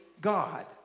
God